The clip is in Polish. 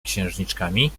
księżniczkami